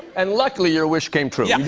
and luckily your wish came true.